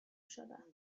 شدم